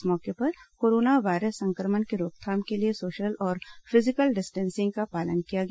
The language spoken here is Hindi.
इस मौके पर कोरोना वायरस संक्रमण की रोकथाम के लिए सोशल और फिजिकल डिस्टेंसिंग का पालन किया गया